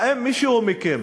האם מישהו מכם